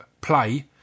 play